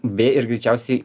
bė ir greičiausiai